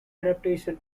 adaptation